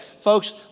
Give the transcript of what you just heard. Folks